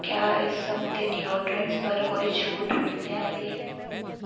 क्या इस हफ्ते डियोडरंट्स पर कोई छूट मिलने आह्ली ऐ